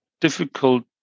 difficult